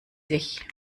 sich